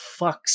fucks